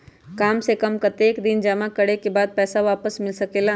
काम से कम कतेक दिन जमा करें के बाद पैसा वापस मिल सकेला?